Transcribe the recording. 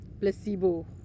placebo